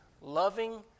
loving